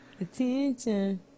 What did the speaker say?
Attention